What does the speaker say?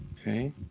okay